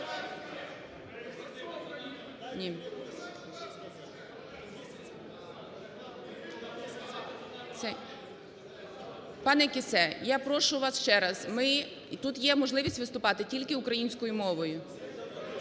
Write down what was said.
Пане Кіссе, я прошу вас ще раз, ми… тут є можливість виступати тільки українською мовою.